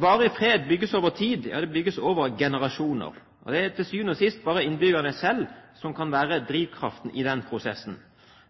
Varig fred bygges over tid, ja, det bygges over generasjoner. Det er til syvende og sist bare innbyggerne selv som kan være drivkraften i den prosessen.